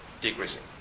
decreasing